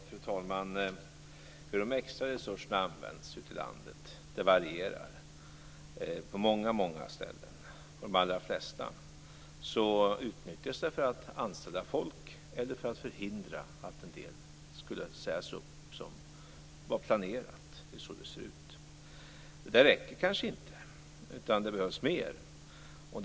Fru talman! Hur de extra resurserna används ute i landet varierar. På de allra flesta ställen utnyttjas pengarna för att anställa folk eller för att förhindra att några sägs upp som planerat. Det är så det ser ut. Det här räcker kanske inte, utan det kanske behövs mer.